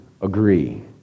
agree